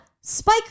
Spike